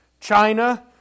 China